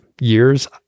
years